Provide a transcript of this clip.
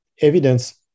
evidence